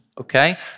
okay